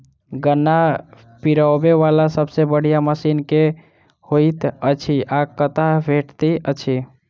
गन्ना पिरोबै वला सबसँ बढ़िया मशीन केँ होइत अछि आ कतह भेटति अछि?